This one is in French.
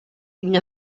une